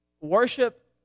worship